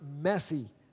messy